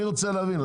אני רוצה להבין,